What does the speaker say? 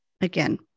Again